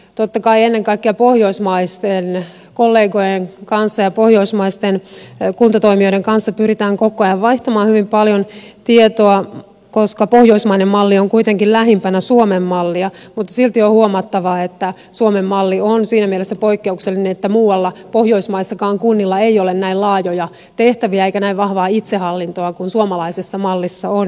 totta kai ennen kaikkea pohjoismaisten kollegojen ja pohjoismaisten kuntatoimijoiden kanssa pyritään koko ajan vaihtamaan hyvin paljon tietoa koska pohjoismainen malli on kuitenkin lähimpänä suomen mallia mutta silti on huomattava että suomen malli on siinä mielessä poikkeuksellinen että muualla pohjoismaissakaan kunnilla ei ole näin laajoja tehtäviä eikä näin vahvaa itsehallintoa kuin suomalaisessa mallissa on